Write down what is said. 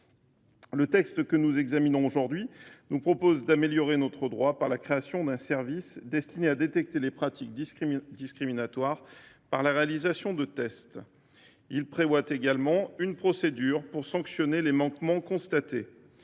Le texte que nous examinons aujourd’hui a vocation à améliorer notre droit la création d’un service destiné à détecter les pratiques discriminatoires par la réalisation de tests. Il prévoit également une procédure permettant de sanctionner les manquements constatés.